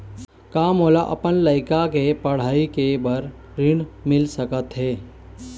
का मोला अपन लइका के पढ़ई के बर ऋण मिल सकत हे?